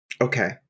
Okay